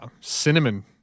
Cinnamon